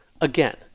again